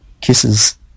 kisses